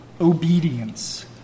obedience